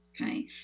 okay